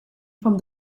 from